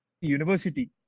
university